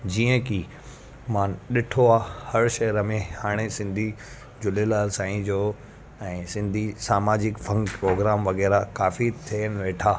जीअं की मां ॾिठो आहे हर शहर में हाणे सिंधी झूलेलाल साईं जो ऐं सिंधी सामाजिक फंक प्रोग्राम वग़ैरह काफ़ी थियनि वेठा